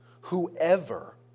Whoever